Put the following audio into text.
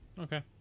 Okay